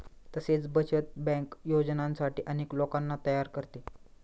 तसेच बचत बँक योजनांसाठी अनेक लोकांना तयार करते